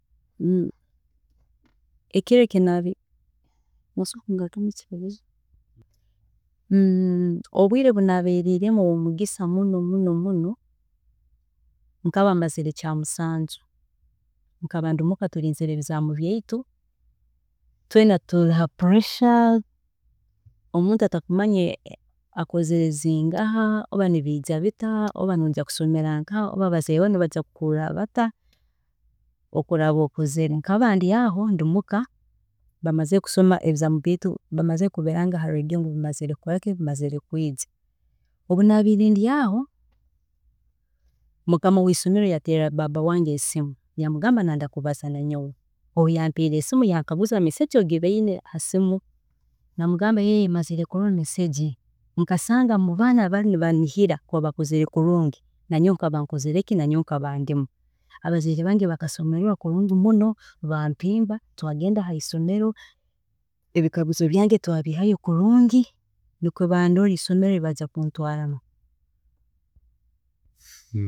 ﻿Ekiro eki nari obwiire obu nabeeriremu owomugisa muno muno, nkaba mazire ekyamusanju, nkaba ndi muka turinzire ebizaamu byaitu, itweena turi ha pressure, omuntu atakumanya akozire zingaha, oba nibiija bita, oba naija kusomera nkaha, oba abazaire baawe nibaija kuhuurra bata oku oraaba okozire, nkaba ndi aho omuka bamazire kusoma ebizaamu byeitu, bamazire kubiranga ha radio bimazire kukora ki, bimazire kwiija, nkaba ndi aho mukama weisomero yateerera baaba wange esimu yamugamba nayenda kubazaaho nanyowe, obu yanteeriire esimu nikwe yangamba message yange ogibwoine ha simu, namugamba ego mazire kurola message, nkasanga mubaana abu baari nibanihira kukora kurungi nanyowe nkaba nkozire ki, nanyowe nkaba ndumu, abazaire bange bakansemerererwa kulungi muno, bampiimba twagenda haisomero, ebikaguzo byange twabihayo kulungi nikwe baarola eisomero eri bajya kuntwaaramu